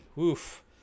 oof